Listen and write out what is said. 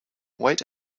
wait